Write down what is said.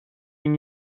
این